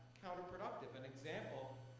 counterproductive. an example,